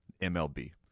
MLB